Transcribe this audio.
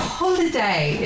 holiday